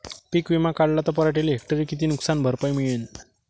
पीक विमा काढला त पराटीले हेक्टरी किती नुकसान भरपाई मिळीनं?